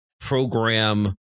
program